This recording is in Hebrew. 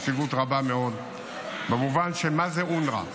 חשיבות רבה מאוד במובן של מה זה אונר"א.